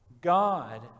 god